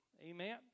Amen